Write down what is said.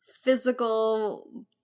physical